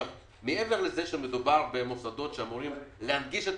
מעבר לכך שמדובר במוסדות שאמורים להנגיש את